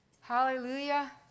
hallelujah